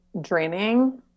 draining